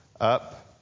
Up